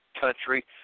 country